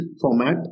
format